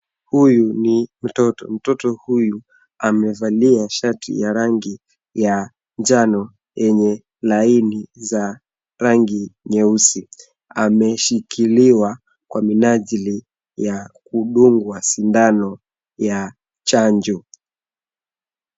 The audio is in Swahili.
Huyu ni mtoto, mtoto huyu amevalia shati ya rangi ya njano yenye laini za rangi nyeusi. Ameshikiliwa kwa minajili ya kudungwa sindano ya chanjo.